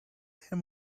him